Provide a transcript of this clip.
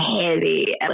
heavy